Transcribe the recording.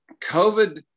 COVID